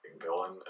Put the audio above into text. villain